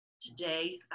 today